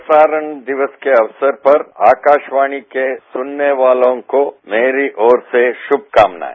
प्रसारण दिवस के अवसर पर आकाशवाणी के सुनने वालों को मेरी ओर से शुभकामनाएं